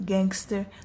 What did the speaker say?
Gangster